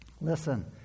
Listen